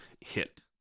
hit